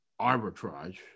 arbitrage